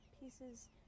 pieces